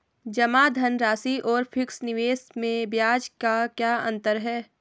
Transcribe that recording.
जमा धनराशि और फिक्स निवेश में ब्याज का क्या अंतर है?